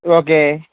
okay